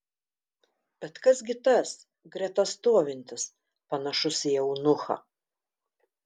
bet kas gi tas greta stovintis panašus į eunuchą